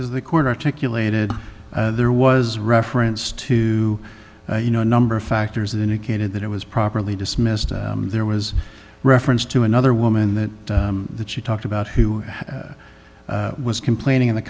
the court articulated there was reference to you know a number of factors that indicated that it was properly dismissed and there was reference to another woman that that you talked about who was complaining in the